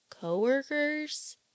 co-workers